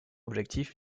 objectif